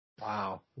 Wow